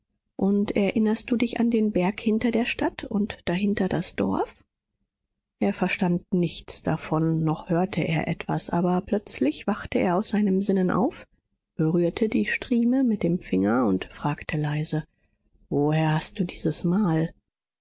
und erinnerst du dich an den berg hinter der stadt und dahinter das dorf er verstand nichts davon noch hörte er etwas aber plötzlich wachte er aus seinem sinnen auf berührte die strieme mit dem finger und fragte leise woher hast du dieses mal